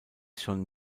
schon